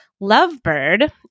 Lovebird